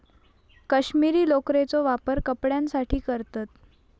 कश्मीरी लोकरेचो वापर कपड्यांसाठी करतत